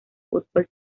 fútbol